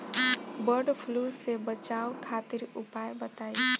वड फ्लू से बचाव खातिर उपाय बताई?